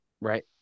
Right